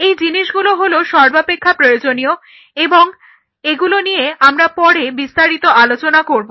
এই জিনিসগুলো হলো সর্বাপেক্ষা প্রয়োজনীয় এবং এগুলো নিয়ে আমরা পরে বিস্তারিত আলোচনা করব